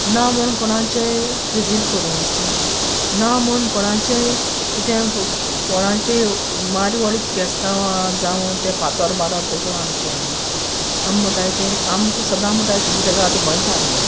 ना म्हूण कोणाचेय किजील कोरूं ओसनाय ना म्हूण कोणाचेय कितें कोणाचेय मार बोडीक केस्तांवां जावं ते फातोर मारोप तेसो आमचें हें ना आम म्हणटाय तीं आमकां सोदां म्हणटाय सुसेगाद गोंयकार म्हूण